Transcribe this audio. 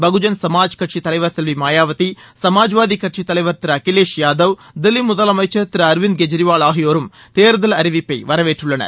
பகுஜன் சமாஜ் கட்சி தலைவர் செல்வி மாயாவதி சமாஜ்வாதி கட்சித் தலைவர் திரு அகிலேஷ் யாதவ் தில்லி முதலமைச்சர் திரு அரவிந்த் கேஜ்ரிவால் ஆகியோரும் தேர்தல் அறிவிப்பை வரவேற்றுள்ளனர்